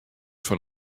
fan